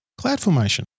CloudFormation